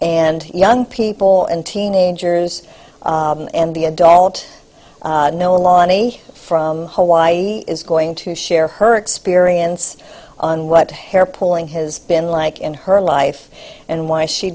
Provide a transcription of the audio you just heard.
and young people and teenagers and the adult know lonnie from hawaii is going to share her experience on what hair pulling his been like in her life and why she